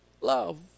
love